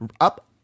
up